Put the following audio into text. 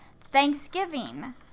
Thanksgiving